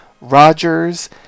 Rogers